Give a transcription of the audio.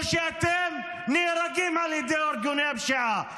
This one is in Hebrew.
או שאתם נהרגים על ידי ארגוני הפשיעה.